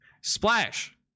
splash